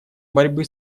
борьбы